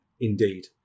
indeed